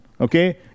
Okay